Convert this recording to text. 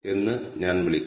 അതിനാൽ ഞാൻ row